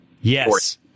Yes